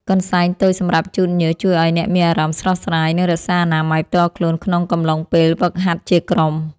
កន្សែងតូចសម្រាប់ជូតញើស ជួយឱ្យអ្នកមានអារម្មណ៍ស្រស់ស្រាយ និងរក្សាអនាម័យផ្ទាល់ខ្លួនក្នុងកំឡុងពេលហ្វឹកហាត់ជាក្រុម។